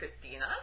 Christina